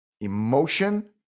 emotion